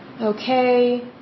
Okay